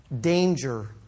danger